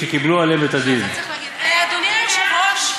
כשקיבלו עליהן את הדין." אדוני היושב-ראש,